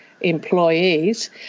Employees